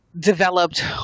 developed